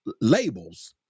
labels